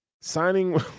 signing